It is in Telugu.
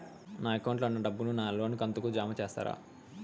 నా అకౌంట్ లో ఉన్న డబ్బును నా లోను కంతు కు జామ చేస్తారా?